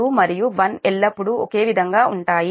2 మరియు 1 ఎల్లప్పుడూ ఒకే విధంగా ఉంటాయి